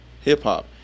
hip-hop